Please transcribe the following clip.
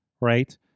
Right